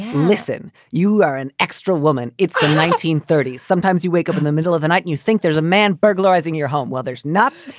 listen, you are an extra woman. it's the nineteen thirty s. sometimes you wake up in the middle of the night, you think there's a man burglarizing your home while there's not.